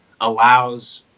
allows